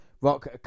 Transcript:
Rock